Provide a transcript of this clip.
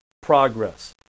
progress